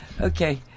Okay